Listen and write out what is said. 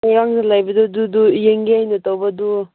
ꯃꯣꯏꯔꯥꯡꯗ ꯂꯩꯕꯗꯨ ꯗꯨꯗꯨ ꯌꯦꯡꯒꯦ ꯍꯥꯏꯅ ꯇꯧꯕ ꯑꯗꯣ